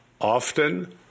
Often